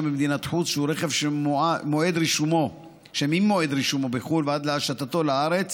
במדינת חוץ שהוא רכב שממועד רישומו בחו"ל ועד להשטתו לארץ